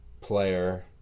player